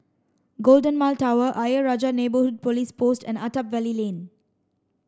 Golden Mile Tower Ayer Rajah Police Post and Attap Valley Lane